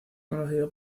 conocido